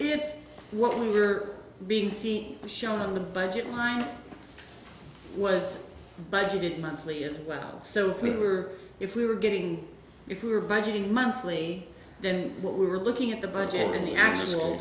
if what we were being seen shown on the budget line was budgeted monthly as well so we were if we were getting if we were budgeting monthly then what we were looking at the budget and the actual